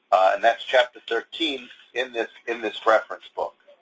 and that's chapter thirteen in this in this reference book.